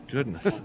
Goodness